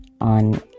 on